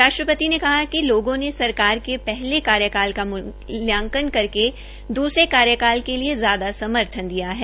राष्ट्रपति ने कहा कि लोगों ने सरकार के पहले कार्यक्रम का मुलयांकन करके द्रसरे कार्यकाल के लिये ज्यादा समर्थन दिया है